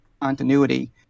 Continuity